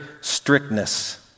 strictness